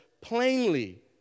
plainly